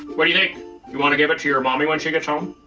what do you think? you want to give it to your mommy when she gets home?